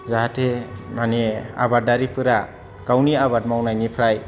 जाहाथे माने आबादारिफोरा गावनि आबाद मावनायनिफ्राय